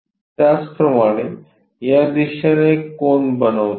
त्याचप्रमाणे या दिशेने एक कोन बनवते